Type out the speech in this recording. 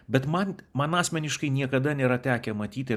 bet man man asmeniškai niekada nėra tekę matyti